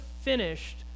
finished